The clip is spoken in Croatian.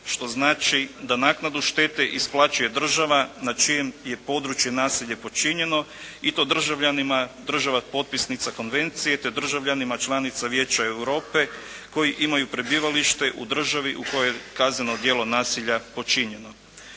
što znači da naknadu štete isplaćuje država na čijem je području nasilje počinjeno i to državljanima država potpisnica konvencije, te državljanima članica Vijeća Europe koji imaju prebivalište u državi u kojoj je kazneno djelo nasilja počinjeno.